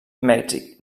mèxic